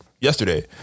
yesterday